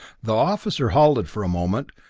the officer halted for a moment,